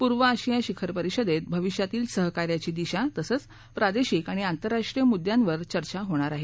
पूर्व आशिया शिखर परिषदेत भविष्यातील सहकार्याची दिशा तसंच प्रादेशिक आणि आंतरराष्ट्रीय मुद्यांवर चर्चा होणार आहे